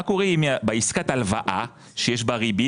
מה קורה אם בעסקת הלוואה שיש בה ריבית